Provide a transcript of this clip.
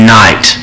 night